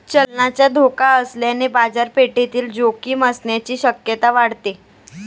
चलनाचा धोका असल्याने बाजारपेठेतील जोखीम असण्याची शक्यता वाढते